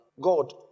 God